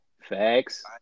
Facts